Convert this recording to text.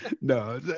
No